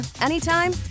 anytime